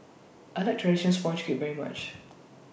I like Traditional Sponge Cake very much